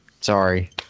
Sorry